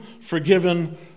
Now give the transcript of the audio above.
forgiven